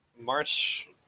March